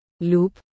loop